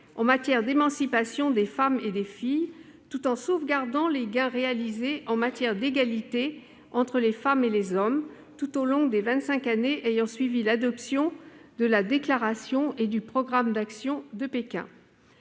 en matière d'émancipation des femmes et des filles, tout en sauvegardant les gains réalisés en matière d'égalité entre les femmes et les hommes tout au long des vingt-cinq années ayant suivi l'adoption de la déclaration et du programme d'action de Pékin.